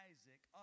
Isaac